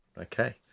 okay